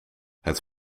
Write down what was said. het